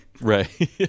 Right